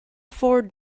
four